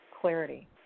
clarity